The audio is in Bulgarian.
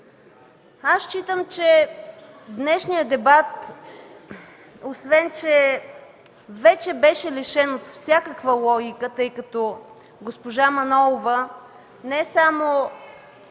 Считам, че днешният дебат, освен че беше лишен от всякаква логика, тъй като госпожа Манолова не само се